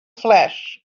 flesh